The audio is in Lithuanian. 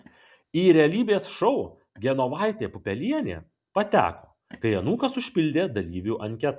į realybės šou genovaitė pupelienė pateko kai anūkas užpildė dalyvių anketą